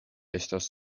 estas